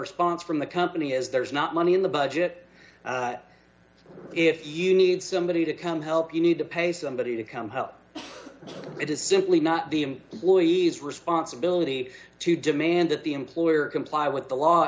response from the company is there is not money in the budget if you need somebody to come help you need to pay somebody to come help it is simply not the employee's responsibility to demand that the employer comply with the law